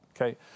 Okay